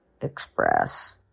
express